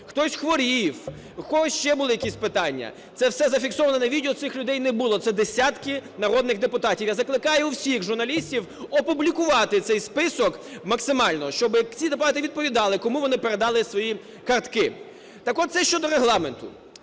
хтось хворів, у когось ще були якісь питання. Це все зафіксовано на відео. Цих людей не було, це десятки народних депутатів. Я закликаю всіх журналістів опублікувати цей список максимально, щоб ці депутати відповідали, кому вони передали свої картки. Так от це щодо Регламенту.